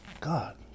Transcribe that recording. God